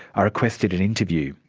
ah requested an interview.